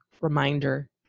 reminder